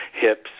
hips